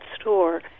store